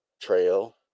trail